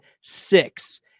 six